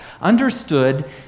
understood